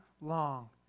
long